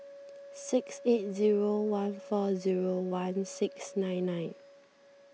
six eight zero one four zero one six nine nine